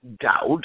doubt